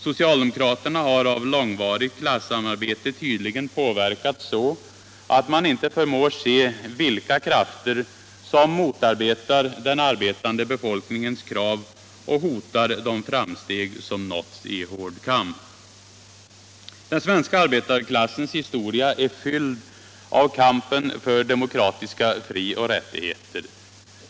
Socialdemokraterna har av långvarigt klasssamarbete tydligen påverkats så, att man inte förmår se vilka krafter som motarbetar den arbetande befolkningens krav och hotar de framsteg som nåtts i hård kamp. Den svenska arbetarklassens historia är fylld av kampen för demokratiska frioch rättigheter.